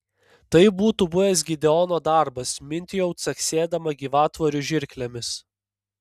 tai būtų buvęs gideono darbas mintijau caksėdama gyvatvorių žirklėmis